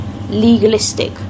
legalistic